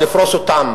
רבותי,